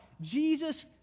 Jesus